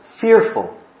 fearful